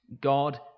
God